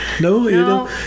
No